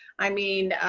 i mean,